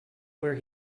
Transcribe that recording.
where